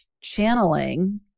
channeling